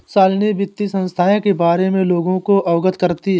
शालिनी वित्तीय संस्थाएं के बारे में लोगों को अवगत करती है